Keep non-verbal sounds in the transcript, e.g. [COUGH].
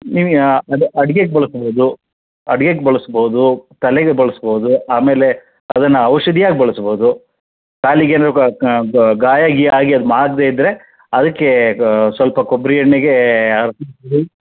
ನೀವು ಯಾ ಅದು ಅಡ್ಗೆಗೆ ಬಳಸ್ಬೋದು ಅಡ್ಗೆಗೆ ಬಳಸ್ಬೋದು ತಲೆಗೆ ಬಳಸ್ಬೋದು ಆಮೇಲೆ ಅದನ್ನು ಔಷಧಿಯಾಗಿ ಬಳಸ್ಬೋದು ಕಾಲಿಗೇನಾದರೂ ಗಾಯ ಗೀಯ ಆಗಿ ಮಾಗದೇದ್ರೆ ಅದಕ್ಕೆ ಸ್ವಲ್ಪ ಕೊಬ್ಬರಿ ಎಣ್ಣೆಗೆ [UNINTELLIGIBLE]